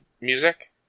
Music